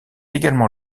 également